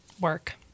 work